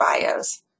bios